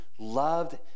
loved